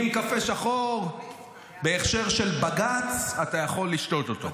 אם קפה שחור בהכשר של בג"ץ, אתה יכול לשתות אותו.